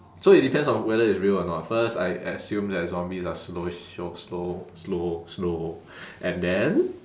so it depends on whether it's real or not first I assume that zombies are slowish show slow slow slow and then